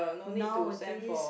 nowadays